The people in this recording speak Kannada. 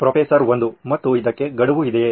ಪ್ರೊಫೆಸರ್ 1 ಮತ್ತು ಇದಕ್ಕೆ ಗಡುವು ಇದೆಯೇ